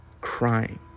crying